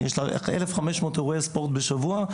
יש 1,500 אירועי ספורט בשבוע,